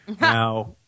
Now